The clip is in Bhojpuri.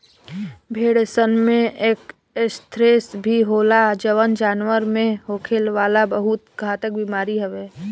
भेड़सन में एंथ्रेक्स भी होला जवन जानवर में होखे वाला बहुत घातक बेमारी हवे